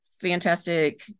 fantastic